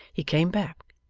he came back,